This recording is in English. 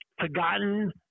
forgotten